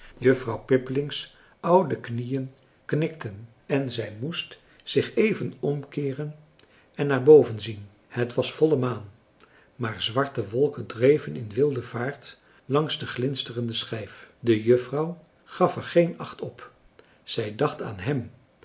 was juffrouw pippeling's oude knieën knikten en zij moest zich even omkeeren en naar boven zien het was volle maan maar zwarte wolken dreven in wilde vaart langs de glinsterende schijf de juffrouw gaf er geen acht op zij dacht aan hem